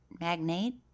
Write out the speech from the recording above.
Magnate